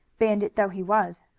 bandit though he was.